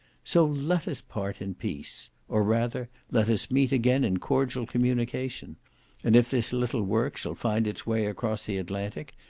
so let us part in peace or, rather, let us meet again in cordial communication and if this little work shall find its way across the atlantic,